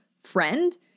friend